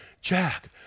Jack